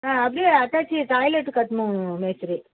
அப்படியே attached toilet கட்டணும் மேஸ்திரி